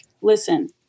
listen